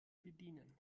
bedienen